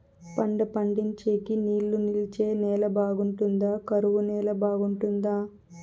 పంట పండించేకి నీళ్లు నిలిచే నేల బాగుంటుందా? కరువు నేల బాగుంటుందా?